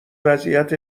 وضعیت